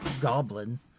goblin